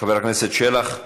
חבר הכנסת שלח,